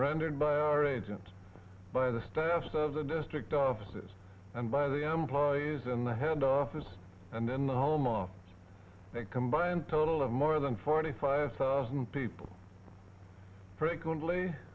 rendered by our agent by the staffs of the district offices and by the employees and the head office and in the home office a combined total of more than forty five thousand people frequently